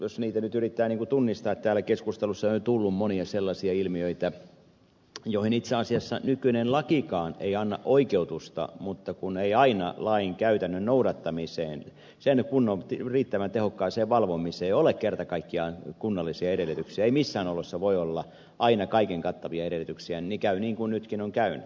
jos niitä nyt yrittää niin kuin tunnistaa niin täällä keskustelussa on jo tullut monia sellaisia ilmiöitä joihin itse asiassa nykyinen lakikaan ei anna oikeutusta mutta kun ei aina lain käytännön noudattamisen riittävän tehokkaaseen valvomiseen ole kerta kaikkiaan kunnollisia edellytyksiä ei missään oloissa voi olla aina kaiken kattavia edellytyksiä niin käy niin kuin nytkin on käynyt